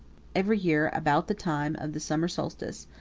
every year, about the time of the summer solstice,